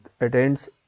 attends